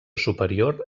superior